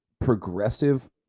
progressive